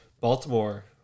Baltimore